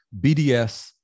BDS